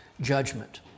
judgment